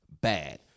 Bad